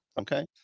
Okay